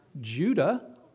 Judah